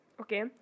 Okay